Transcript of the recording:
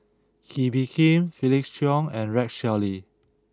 Kee Bee Khim Felix Cheong and Rex Shelley